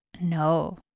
No